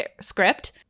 script